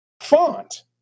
font